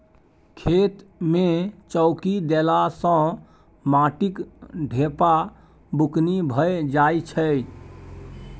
खेत मे चौकी देला सँ माटिक ढेपा बुकनी भए जाइ छै